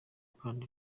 kandi